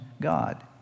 God